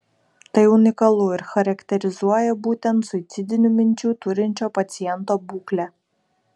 tai unikalu ir charakterizuoja būtent suicidinių minčių turinčio paciento būklę